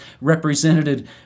represented